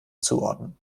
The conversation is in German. zuordnen